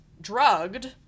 drugged